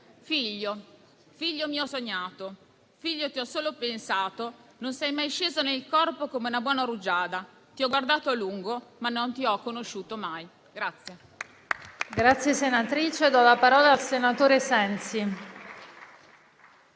Figlio, figlio mio sognato, figlio ti ho solo pensato non sei mai sceso nel corpo come una buona rugiada ti ho guardato a lungo, ma non ti ho conosciuto mai».